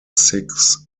six